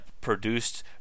produced